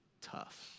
tough